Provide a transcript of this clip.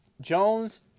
Jones